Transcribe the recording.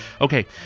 Okay